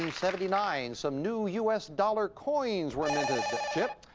seventy nine, some new u s. dollar coins were chip.